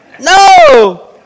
No